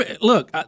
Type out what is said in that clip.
look